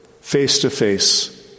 face-to-face